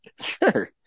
Sure